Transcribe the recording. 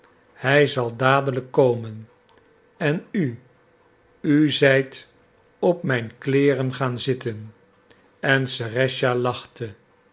hij zal dadelijk komen en u u zijt op mijn kleeren gaan zitten en serëscha lachte